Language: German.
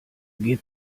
geht